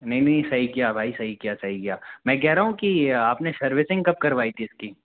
नहीं नहीं सही किया भाई सही किया सही किया मै कह रहा हूँ कि आपने सर्विसिंग कब करवाई थी इसकी